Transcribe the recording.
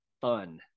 fun